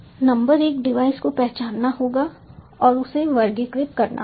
number एक device को पहचानना होगा और इसे वर्गीकृत करना होगा